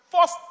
first